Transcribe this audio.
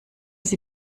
sie